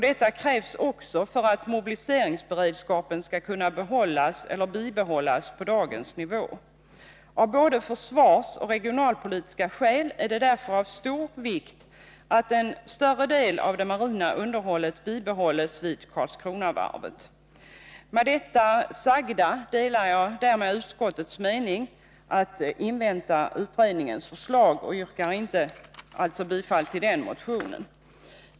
Detta krävs också för att mobiliseringsberedskapen skall kunna bibehållas på dagens nivå. Av både försvarsoch regionalpolitiska skäl är det därför av stor vikt att en större del av det marina underhållet bibehålls vid Karlskronavarvet. Med det sagda delar jag utskottets mening att man skall invänta utredningens förslag, och jag yrkar alltså inte bifall till den motionen.